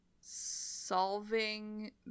solving